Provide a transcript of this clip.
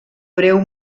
breu